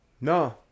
No